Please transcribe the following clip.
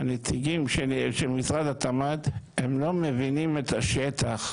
הנציגים של משרד התמ"ת הם לא מבינים את השטח.